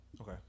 Okay